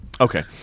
Okay